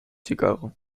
chicago